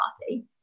Party